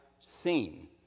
seen